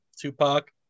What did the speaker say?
Tupac